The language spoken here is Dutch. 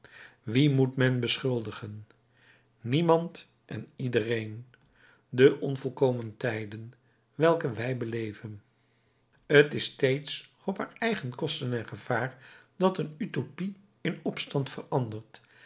wien moet men beschuldigen niemand en iedereen de onvolkomen tijden welke wij beleven t is steeds op haar eigen kosten en gevaar dat een utopie in opstand verandert